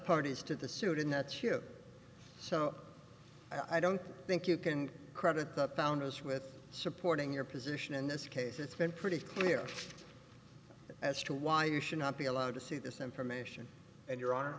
parties to the suit in that ship so i don't think you can credit the founders with supporting your position in this case it's been pretty clear as to why you should not be allowed to see this information and your hon